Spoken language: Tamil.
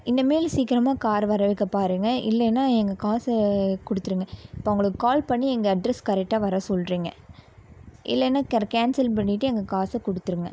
இனிமேல் சீக்கிமா கார் வர வைக்க பாருங்க இல்லைன்னா எங்கள் காசை கொடுத்துருங்க இப்போ அவங்களுக்கு கால் பண்ணி எங்கள் அட்ரெஸ்க்கு கரெக்டாக வர சொல்லுறீங்க இல்லைனா கேன்சல் பண்ணிட்டு எங்கள் காசை கொடுத்துருங்க